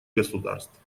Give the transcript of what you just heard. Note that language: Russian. государств